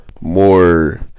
more